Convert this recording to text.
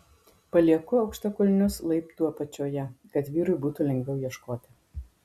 palieku aukštakulnius laiptų apačioje kad vyrui būtų lengviau ieškoti